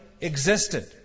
existed